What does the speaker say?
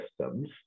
systems